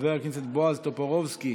חבר הכנסת בועז טופורובסקי,